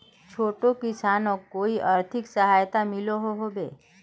छोटो किसानोक कोई आर्थिक सहायता मिलोहो होबे?